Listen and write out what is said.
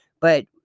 But-